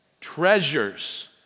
treasures